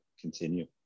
continue